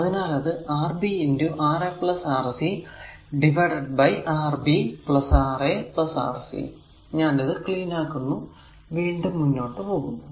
അതിനാൽ അത് Rb Ra Rc divided by Rb Ra Rc ഞാൻ അത് ക്ലീൻ ആക്കുന്നു വീണ്ടും മുന്നോട്ടു പോകുന്നു